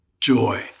joy